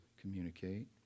communicate